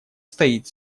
стоит